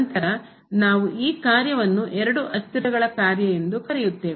ನಂತರ ನಾವು ಈ ಕಾರ್ಯವನ್ನು ಎರಡು ಅಸ್ಥಿರಗಳ ಕಾರ್ಯ ಎಂದು ಕರೆಯುತ್ತೇವೆ